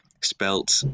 spelt